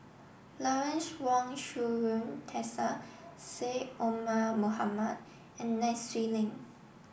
Lawrence Wong Shyun Tsai Syed Omar Mohamed and Nai Swee Leng